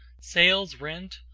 sails rent,